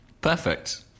Perfect